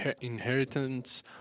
inheritance